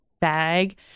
bag